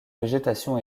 végétation